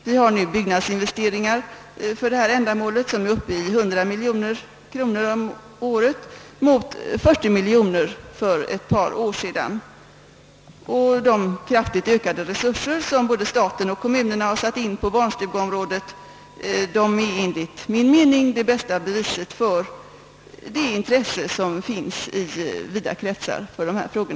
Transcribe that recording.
Vi har nu byggnadsinvesteringar för detta ändamål, vilka är uppe i 100 miljoner kronor om året mot 40 miljoner för ett par år sedan, och de kraftigt ökade resurser som både staten och kommunerna satt in på barnstugeområdet är enligt min mening det bästa beviset för det intresse som finns i vida kretsar för dessa frågor.